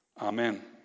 Amen